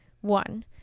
one